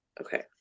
Okay